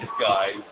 guys